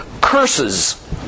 curses